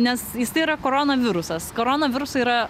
nes jisai yra koronavirusas koronavirusų yra